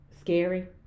Scary